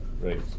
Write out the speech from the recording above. right